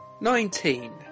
Nineteen